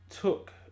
took